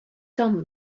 done